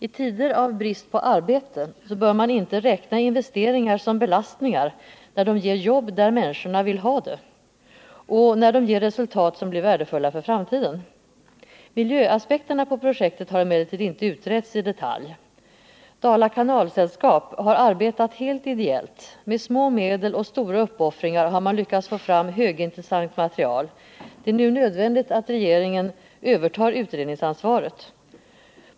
I tider av brist på arbete bör man inte räkna investeringar som belastningar när de ger jobb där människorna vill ha det och när de ger resultat som blir värdefulla för framtiden. Miljöaspekterna på projektet har emellertid inte utretts i detalj. Dala kanalsällskap har arbetat helt ideellt. Med små medel och stora uppoffringar har man lyckats få fram högintressant material. Det är nu nödvändigt att regeringen övertar utredningsansvaret.